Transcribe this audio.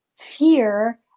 fear